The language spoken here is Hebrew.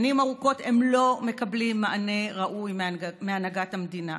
שנים ארוכות הם לא מקבלים מענה ראוי מהנהגת המדינה.